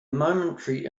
momentary